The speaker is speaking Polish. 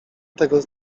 tego